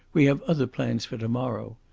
we have other plans for to-morrow.